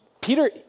Peter